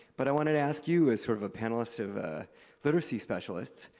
but i wanted to ask you as sort of a panelist of a literacy specialist,